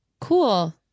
cool